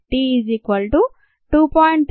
t2